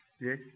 Yes